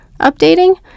updating